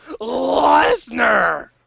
Lesnar